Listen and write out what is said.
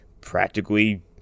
practically